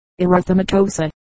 erythematosa